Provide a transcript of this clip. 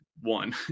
one